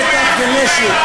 נתתם להם שטח ונשק.